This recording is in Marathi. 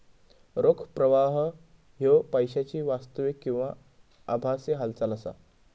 रोख प्रवाह ह्यो पैशाची वास्तविक किंवा आभासी हालचाल असा